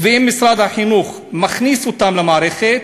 ואם משרד החינוך מכניס אותם למערכת,